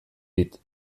dit